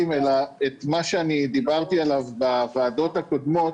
אלא את מה שאני דיברתי עליו בישיבות הקודמות,